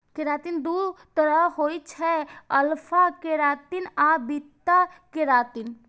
keratin दू तरहक होइ छै, अल्फा केराटिन आ बीटा केराटिन